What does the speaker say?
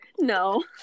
No